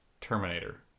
Terminator